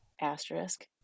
asterisk